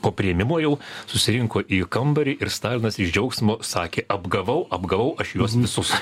po priėmimo jau susirinko į kambarį ir stalinas iš džiaugsmo sakė apgavau apgavau aš juos visus